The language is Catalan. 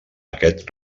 aquest